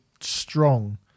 strong